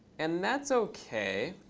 and that's ok.